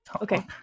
Okay